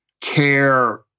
care